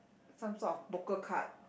some sort of poker card